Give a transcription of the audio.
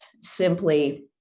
simply